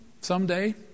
someday